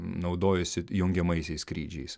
naudojuosi jungiamaisiais skrydžiais